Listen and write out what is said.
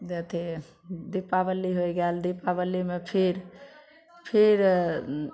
अथी दीपावली होइ गेल दीपावलीमे फिर फिर